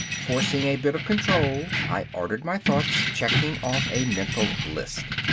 forcing a bit of control, i ordered my thoughts, checking off a mental list.